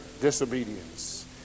disobedience